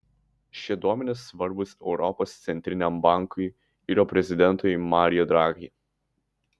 šie duomenys svarbūs europos centriniam bankui ir jo prezidentui mario draghi